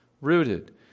rooted